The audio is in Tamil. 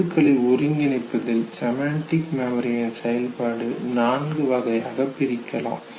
கருத்துக்களை ஒருங்கிணைப்பதில் செமண்டிக் மெமரியின் செயல்பாடுகளை நான்கு வகையாக பிரிக்கலாம்